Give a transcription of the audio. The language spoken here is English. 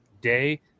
day